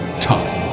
time